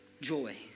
Joy